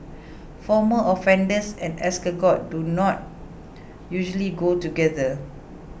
former offenders and escargot do not usually go together